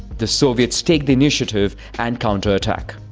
the soviets take the initiative and counterattack.